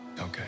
Okay